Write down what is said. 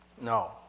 No